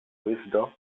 windsor